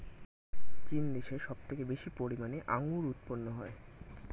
চীন দেশে সব থেকে বেশি পরিমাণে আঙ্গুর উৎপন্ন হয়